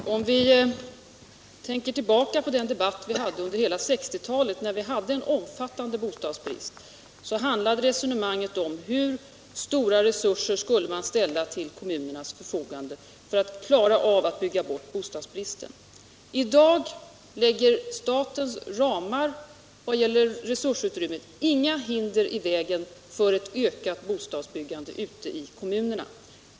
Herr talman! Låt oss tänka tillbaka på den debatt vi hade under hela 1960-talet när vi hade en omfattande bostadsbrist. Då handlade resonemanget om hur stora resurser man skulle ställa till kommunernas förfogande för att de skulle klara av att bygga bort bostadsbristen. I dag lägger statens ramar i vad gäller resursutrymmet inga hinder i vägen för ett ökat bostadsbyggande ute i kommunerna.